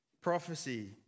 prophecy